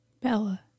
Bella